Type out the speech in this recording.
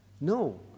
No